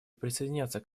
присоединятся